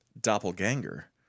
doppelganger